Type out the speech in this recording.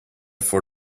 for